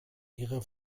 ihre